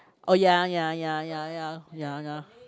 oh ya ya ya ya ya ya ya